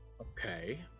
Okay